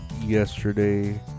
yesterday